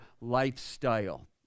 lifestyle